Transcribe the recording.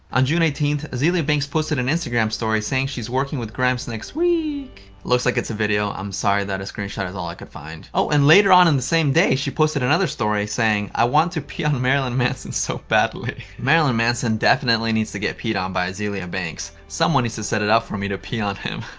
on june eighteenth, azealia banks posted an instagram story saying she's working with grimes next weeeeek. looks like it's a video, i'm sorry that a screenshot is all i could find. oh! and later on in the same day, she posted another story saying, i want to pee on marilyn manson so badly. marilyn manson definitely needs to get peed on by azealia banks. someone needs to set it up for me to pee on him.